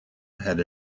had